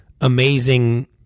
amazing